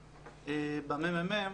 בממ"מ,